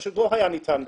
פשוט לא היה ניתן בכלל.